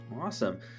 Awesome